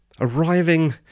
arriving